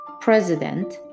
president